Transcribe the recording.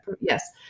Yes